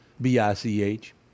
B-I-C-H